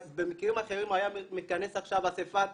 במקרים אחרים הייתה מתכנסת עכשיו אסיפת